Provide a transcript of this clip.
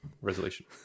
Resolution